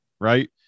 right